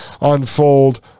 unfold